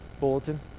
bulletin